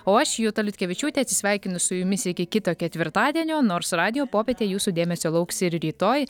o aš juta liutkevičiūtė atsisveikinu su jumis iki kito ketvirtadienio nors radijo popietė jūsų dėmesio lauks ir rytoj